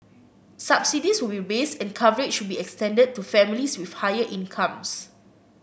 subsidies will be raised and coverage will be extended to families with higher incomes